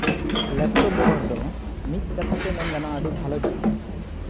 laptop ᱵᱮᱵᱚᱦᱟᱨ ᱫᱚ ᱢᱤᱫ ᱠᱟᱛᱷᱟ ᱛᱮ ᱢᱮᱱ ᱜᱟᱱᱚᱜᱼᱟ ᱟᱹᱰᱤ ᱵᱷᱟᱞᱮ ᱫᱤᱠ ᱠᱟᱱᱟ